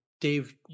Dave